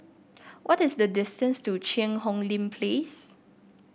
what is the distance to Cheang Hong Lim Place